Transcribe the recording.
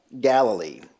Galilee